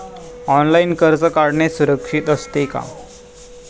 Online कर्ज काढणे सुरक्षित असते का?